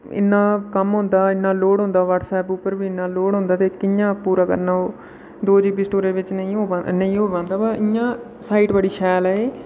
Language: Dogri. इन्ना कम्म होंदा इन्ना लोड़ होंदा वाट्सएप उप्पर ही लोड़ होंदा ते कि'यां पूरा करना ओह् दो जी बी स्टोरेज च नेईं पांदा ब इ'यां साइट बड़ी शैल ऐ एह्